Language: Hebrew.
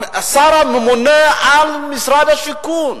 השר הממונה על משרד השיכון,